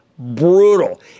Brutal